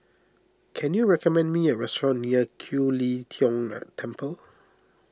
can you recommend me a restaurant near Kiew Lee Tong An Temple